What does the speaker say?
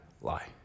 lie